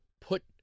put